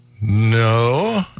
No